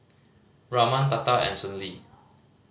Raman Tata and Sunil